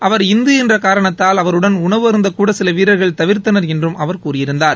அவர் இந்து என்ற காரணத்தால் அவருடன் உணவு அருந்தகூட சில வீரர்கள்கள் தவிர்த்னா் என்றும் அவர் கூறியிருந்தார்